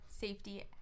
safety